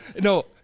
No